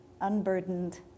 unburdened